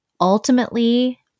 ultimately